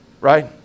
right